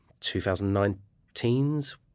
2019's